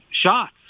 shots